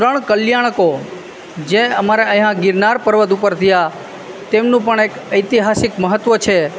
ત્રણ કલ્યાણકો જે અમારા અહીંયાં ગિરનાર પર્વત ઉપર થયા તેમનું પણ એક ઐતિહાસિક મહત્ત્વ છે